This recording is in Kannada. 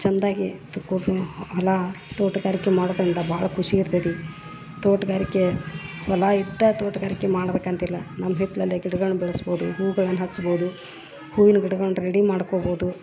ಚಂದಾಗಿ ಹೊಲ ತೋಟಗಾರಿಕೆ ಮಾಡೋದರಿಂದ ಭಾಳ್ ಖುಷಿ ಇರ್ತೈತಿ ತೋಟಗಾರಿಕೆ ಹೊಲ ಇಟ್ಟ ತೋಟಗಾರಿಕೆ ಮಾಡಬೇಕಂತಿಲ್ಲ ನಮ್ಮ ಹಿತ್ತಲಲ್ಲೇ ಗಿಡಗಳ್ನ ಬೆಳ್ಸ್ಬೋದು ಹೂಗಳನ್ನ ಹಚ್ಬೋದು ಹೂವಿನ ಗಿಡಗಳ್ನ ರೆಡಿ ಮಾಡ್ಕೋಬೋದು